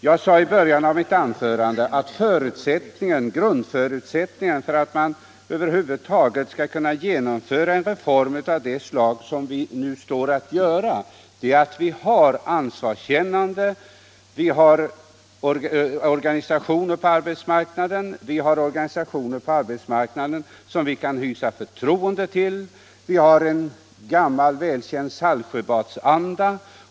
Jag sade i början på mitt anförande att grundförutsättningen för att man över huvud taget skall kunna genomföra en reform av det slag som riksdagen nu skall besluta om är att vi har ansvarskännande organisationer på arbetsmarknaden. Vi har organisationer på arbetsmarknaden som vi kan hysa förtroende för. Vi har vår gamla välkända Saltsjöbadsanda.